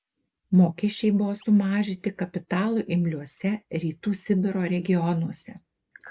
mokesčiai buvo sumažinti kapitalui imliuose rytų sibiro regionuose